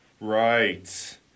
Right